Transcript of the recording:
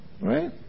Right